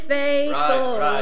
faithful